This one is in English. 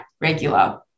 regular